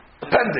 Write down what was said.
pending